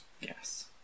Yes